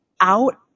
out